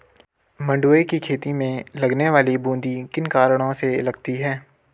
मंडुवे की खेती में लगने वाली बूंदी किन कारणों से लगती है?